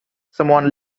someone